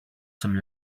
some